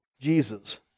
Jesus